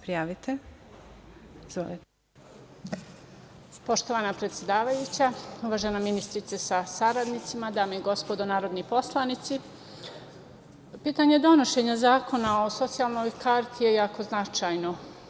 Poštovana predsedavajuća, uvažena ministarko sa saradnicima, dame i gospodo narodni poslanici, pitanje donošenja zakona o socijalnoj karti je jako značajno.